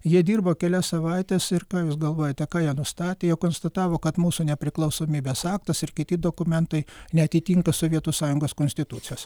jie dirbo kelias savaites ir ką jūs galvojate ką jie nustatė jie konstatavo kad mūsų nepriklausomybės aktas ir kiti dokumentai neatitinka sovietų sąjungos konstitucijos